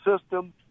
system